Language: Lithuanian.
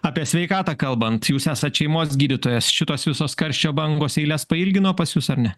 apie sveikatą kalbant jūs esat šeimos gydytojas šitos visos karščio bangos eiles pailgino pas jus ar ne